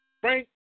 Frank